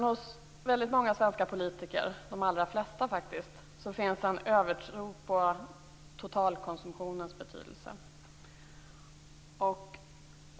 Hos väldigt många svenska politiker - de allra flesta, faktiskt - finns det en övertro på totalkonsumtionens betydelse.